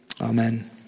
Amen